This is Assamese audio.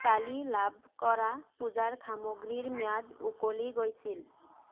কালি লাভ কৰা পূজাৰ সামগ্ৰীৰ ম্যাদ উকলি গৈছিল